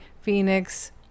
phoenix